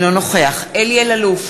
אינו נוכח אלי אלאלוף,